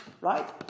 right